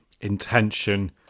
intention